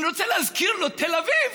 אני רוצה להזכיר לו: תל אביב,